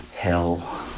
Hell